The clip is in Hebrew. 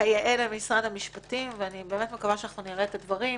כיאה למשרד המשפטים ואני באמת מקווה שאנחנו נראה את הדברים.